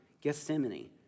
Gethsemane